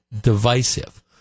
divisive